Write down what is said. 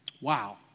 Wow